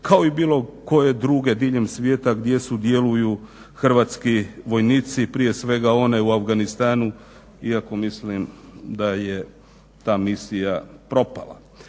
kao i bilo koje druge diljem svijeta gdje sudjeluju hrvatski vojnici prije svega one u Afganistanu iako mislim da je ta misija propala.